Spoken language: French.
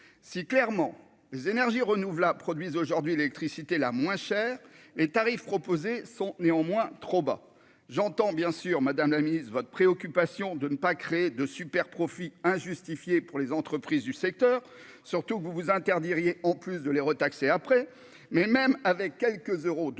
si clairement les énergies renouvelables produisent aujourd'hui l'électricité la moins chère et tarifs proposés sont néanmoins trop bas, j'entends bien sûr, Madame la Ministre votre préoccupation de ne pas créer de super-profits injustifiés pour les entreprises du secteur, surtout vous vous interdis rien en plus de l'Hérault taxé après mais même avec quelques euros de